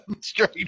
straight